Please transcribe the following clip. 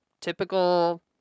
Typical